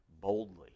boldly